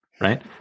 right